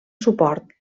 suport